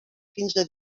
quinze